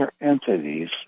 entities